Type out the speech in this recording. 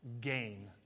gain